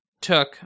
took